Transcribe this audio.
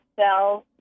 cells